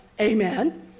Amen